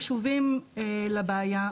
קשובים לבעיה,